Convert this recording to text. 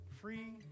free